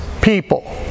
people